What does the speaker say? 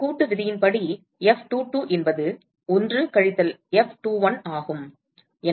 கூட்டு விதியின்படி F22 என்பது 1 கழித்தல் F21 ஆகும்